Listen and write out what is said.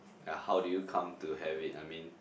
ya how do you come to have it I mean